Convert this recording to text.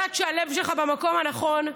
ואני יודעת שהלב שלך במקום הנכון,